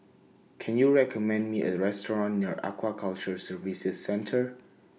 Can YOU recommend Me A Restaurant near Aquaculture Services Centre